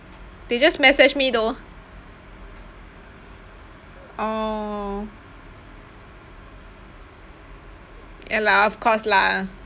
they just message me though orh ya lah of course lah